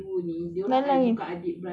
yang lain